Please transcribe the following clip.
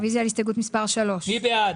רוויזיה על הסתייגות מס' 11. מי בעד,